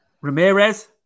Ramirez